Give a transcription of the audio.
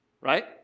Right